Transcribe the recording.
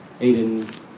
Aiden